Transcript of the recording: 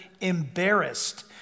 embarrassed